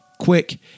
quick